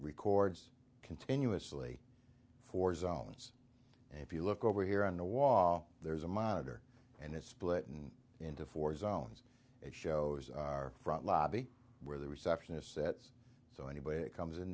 records continuously for zones and if you look over here on the wall there's a monitor and it's splitting into four zones it shows our front lobby where the receptionist sets so anybody it comes in